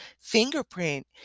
fingerprint